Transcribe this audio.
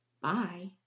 Bye